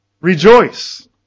Rejoice